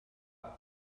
that